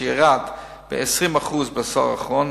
שירד ב-20% בעשור האחרון,